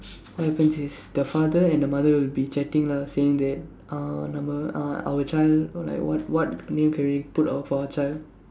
what happens is the father and the mother will be chatting lah saying that uh nama uh our child know like what what name can we put our for our child